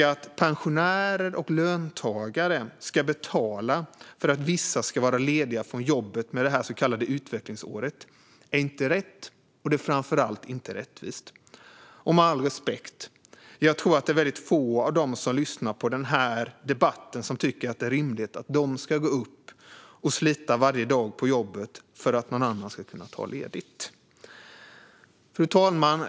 Att pensionärer och löntagare ska betala för att vissa ska vara lediga från jobbet med det här så kallade utvecklingsåret är inte rätt, och det är framför allt inte rättvist. Med all respekt tror jag att det är väldigt få av dem som lyssnar på den här debatten som tycker att det är rimligt att de ska gå upp och slita varje dag på jobbet för att någon annan ska kunna ta ledigt. Fru talman!